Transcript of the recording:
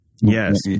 Yes